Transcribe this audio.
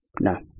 No